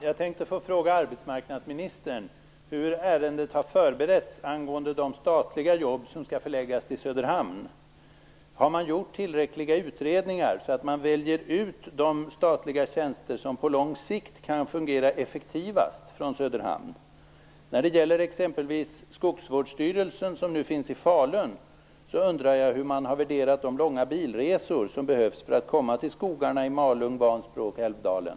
Herr talman! Jag vill fråga arbetsmarknadsministern hur ärendet har förberetts angående de statliga jobb som skall förläggas till Söderhamn. Har man gjort tillräckliga utredningar så att man väljer ut de statliga tjänster som på lång sikt kan fungera effektivast från Söderhamn? När det gäller exempelvis Skogsvårdsstyrelsen, som nu finns i Falun, undrar jag hur man har värderat de långa bilresor som behövs för att komma till skogarna i Malung, Vansbro och Älvdalen.